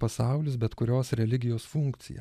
pasaulis bet kurios religijos funkcija